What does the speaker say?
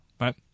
right